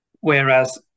Whereas